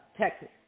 Texas